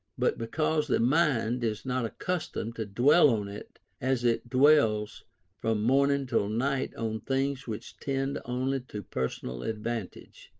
but because the mind is not accustomed to dwell on it as it dwells from morning till night on things which tend only to personal advantage.